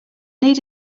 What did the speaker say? need